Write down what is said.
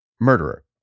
murderer